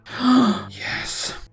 Yes